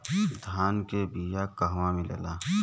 धान के बिया कहवा मिलेला?